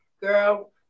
Girl